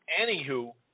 Anywho